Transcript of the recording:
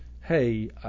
hey